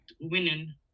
winning